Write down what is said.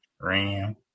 Ram